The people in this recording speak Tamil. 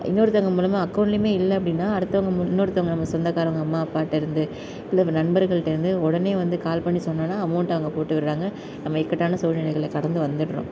இன்னொருத்தவங்க மூலமாக அக்கோண்ட்லையுமே இல்லை அப்படின்னா அடுத்தவங்க இன்னொருத்தவங்க நம்ம சொந்தகாரவங்க அம்மா அப்பாகிட்ட இருந்து இல்லை நண்பர்கள்டேருந்து உடனே வந்து கால் பண்ணி சொன்னோம்னா அமௌண்ட் அவங்க போட்டு விடறாங்க நம்ம இக்கட்டான சூழ்நிலைகள கடந்து வந்துடறோம்